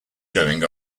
going